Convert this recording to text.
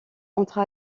entra